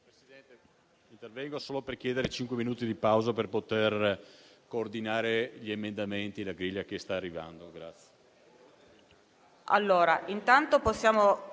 Presidente, intervengo solo per chiedere cinque minuti di pausa per poter coordinare gli emendamenti e la griglia che sta arrivando.